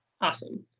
awesome